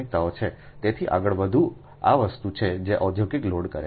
તેથી આગળ આ વસ્તુ છે જે ઔદ્યોગિક લોડ કરે છે